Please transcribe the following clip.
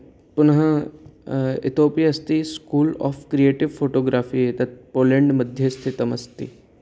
पुनः इतोऽपि अस्ति स्कूल् ओफ़् क्रिएटिव् फ़ोटोग्राफी एतत् पोलेण्ड् मध्ये स्थितमस्ति